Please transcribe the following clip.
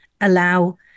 allow